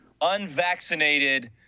unvaccinated